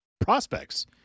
prospects